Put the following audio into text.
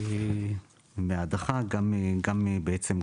גם בעצם,